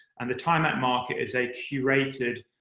and the time out market is a curated,